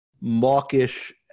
mawkish